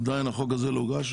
עדיין החוק הזה לא הוגש.